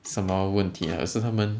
什么问题还是他们